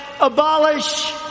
abolish